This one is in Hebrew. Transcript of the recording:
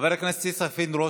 חבר הכנסת יצחק פינדרוס,